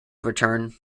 return